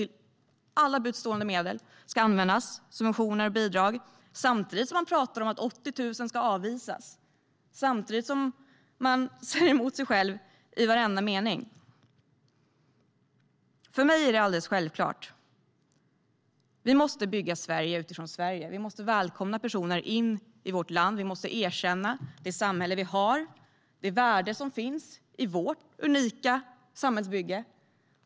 Alla till buds stående medel ska användas - subventioner, bidrag - samtidigt som man pratar om att 80 000 ska avvisas, samtidigt som man säger emot sig själv i varenda mening. För mig är det alldeles självklart: Vi måste bygga Sverige utifrån Sverige. Vi måste välkomna personer in i vårt land. Vi måste erkänna det samhälle vi har, det värde som finns i vårt unika samhällsbygge.